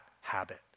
habit